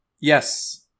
Yes